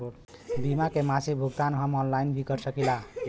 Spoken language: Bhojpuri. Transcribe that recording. बीमा के मासिक भुगतान हम ऑनलाइन भी कर सकीला?